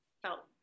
felt